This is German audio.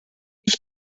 ich